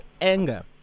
anger